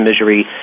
misery